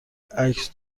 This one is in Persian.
عکس